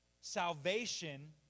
Salvation